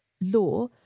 law